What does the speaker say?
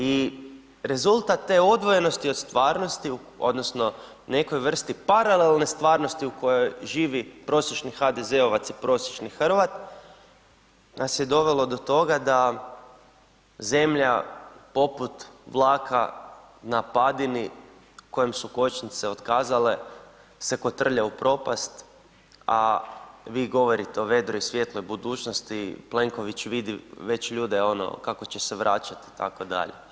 I rezultat te odvojenosti od stvarnosti odnosno nekoj vrsti paralelne stvarnosti u kojoj živi prosječni HDZ-ovac i prosječni Hrvat nas je dovelo do toga da zemlja poput vlaka na padini kojem su kočnice otkazale se kotrlja u propast, a vi govorite o vedroj i svijetloj budućnost, Plenković već vidi ljude ono kako će se vraćat itd.